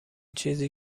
چیزی